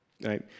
right